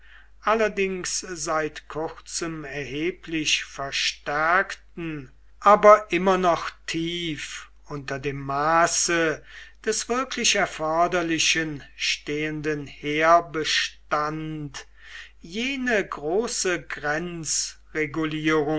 allerdings seit kurzem erheblich verstärkten aber immer noch tief unter dem maß des wirklich erforderlichen stehenden heerbestand jene große